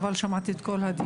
אבל שמעתי את כל הדיון,